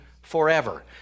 Forever